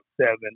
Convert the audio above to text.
seven